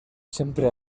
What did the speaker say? sempre